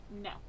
no